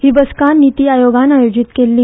ही बसका निती आयोगान आयोजीत केल्ली